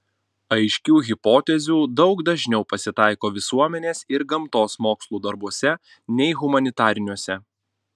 aiškių hipotezių daug dažniau pasitaiko visuomenės ir gamtos mokslų darbuose nei humanitariniuose